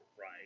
Right